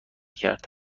کرد